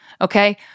okay